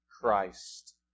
Christ